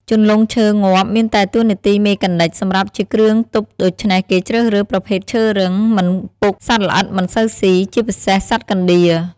ជន្លង់ឈើងាប់មានតែតួនាទីមេកានិកសម្រាប់ជាគ្រឿងទប់ដូច្នេះគេជ្រើសរើស ប្រភេទឈើរឹង មិនពុក សត្វល្អិតមិនសូវស៊ី ជាពិសេសសត្វកណ្តៀរ។